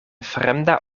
fremda